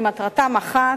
שמטרתם אחת: